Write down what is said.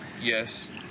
Yes